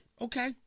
Okay